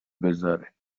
بزاره